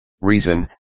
reason